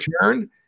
turn